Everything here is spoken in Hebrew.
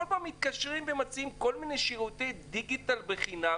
כל פעם מתקשרים ומציעים כל מיני שירותי דיגיטל בחינם,